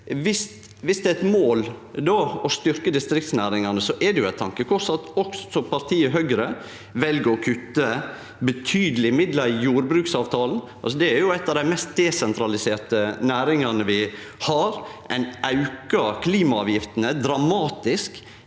viss det er eit mål å styrkje distriktsnæringane, er det eit tankekors at også partiet Høgre vel å kutte betydelege midlar i jordbruksavtalen. Det er jo ei av dei mest desentraliserte næringane vi har. Ein aukar klimaavgiftene dramatisk.